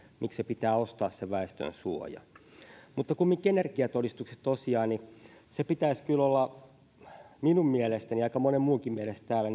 miksi se väestönsuoja pitää ostaa mutta kumminkin energiatodistuksen tosiaan pitäisi kyllä minun mielestäni ja aika monen muunkin mielestä täällä